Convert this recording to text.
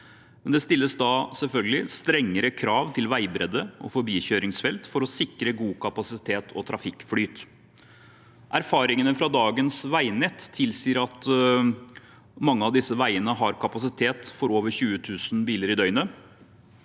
men det stilles da selvfølgelig strengere krav til veibredde og forbikjøringsfelt for å sikre god kapasitet og trafikkflyt. Erfaringene fra dagens veinett tilsier at mange av disse veiene har kapasitet for over 20 000 biler i døgnet.